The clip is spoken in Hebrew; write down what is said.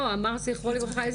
אמרת זכרו לברכה.